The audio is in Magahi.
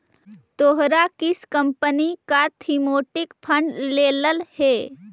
तोहरा किस कंपनी का थीमेटिक फंड लेलह हे